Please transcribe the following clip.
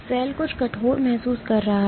cell कुछ कठोर महसूस कर रहा है